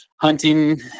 hunting